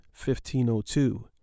1502